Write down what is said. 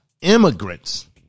immigrants